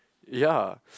ya